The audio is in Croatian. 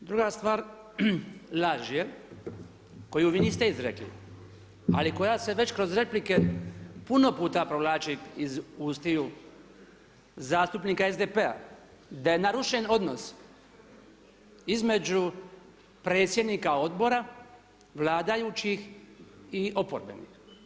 Druga stvar, laž je koju vi niste izrekli, ali koja se već kroz replike puno puta provlači iz ustiju zastupnika SDP-a da je narušen odnos između predsjednika odbora vladajućih i oporbenih.